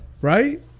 right